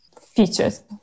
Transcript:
features